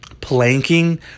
planking